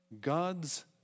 God's